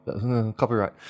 Copyright